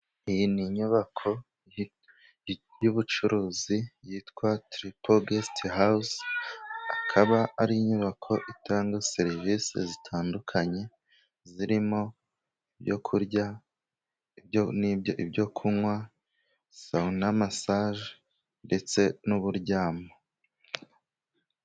Iyi ni inyubako y'ubucuruzi yitwa tripogestehawuzi, ikaba ari inyubako itanga serivisi zitandukanye, zirimo ibyo kurya ibyo kunwa sawunamasaje, ndetse n'uburyamo.